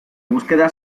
búsqueda